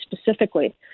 specifically